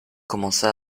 commença